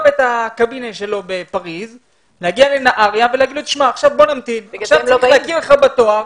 ולהגיד להם שעכשיו בוא נמתין עד שנכיר לך בתואר.